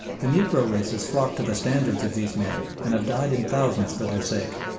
the negro races flock to the standards of these men and have died in thousands for their sake,